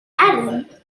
allen